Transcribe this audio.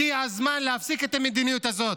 הגיע הזמן להפסיק את המדיניות הזאת,